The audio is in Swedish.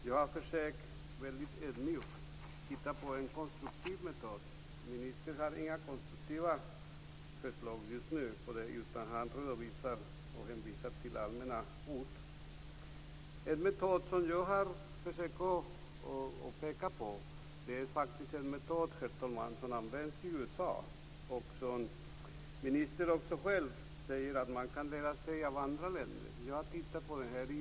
Jag har väldigt ödmjukt försökt att titta på en konstruktiv metod. Ministern har just nu inga konstruktiva förslag utan hänvisar till allmänna ord. Den metod som jag har försökt att peka på är en metod som används i USA. Ministern säger också själv att man kan lära sig av andra länder. Jag har tittat på metoden.